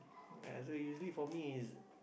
uh so usually for me is